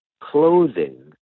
clothing